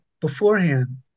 beforehand